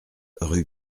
rue